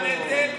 שוויון בנטל,